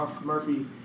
Murphy